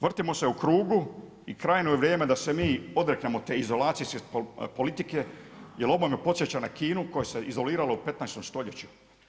Vrtimo se u krugu, i krajnje je vrijeme da se mi odreknemo te izolacijske politike, jer ovo me podsjeća na Kinu koja se izolirala u 15. stoljeću.